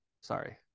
sorry